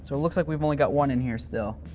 so it looks like we've only got one in here still.